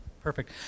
Perfect